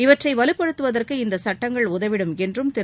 இவற்றை வலுப்படுத்துவதற்கு இந்த சட்டங்கள் உதவிடும் என்றும் திரு